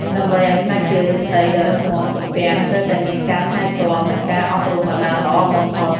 ដើម្បីឱ្យក្លាយជាឫស្សីដ៏រឹងមាំ ទំពាំងត្រូវតែមានការថែទាំ និងការអប់រំឱ្យបានល្អបំផុត។